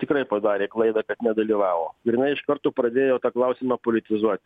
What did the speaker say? tikrai padarė klaidą kad nedalyvavo ir jinai iš karto pradėjo tą klausimą politizuoti